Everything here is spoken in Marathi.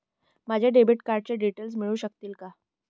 माझ्या डेबिट कार्डचे डिटेल्स मिळू शकतील का?